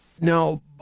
Now